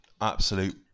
Absolute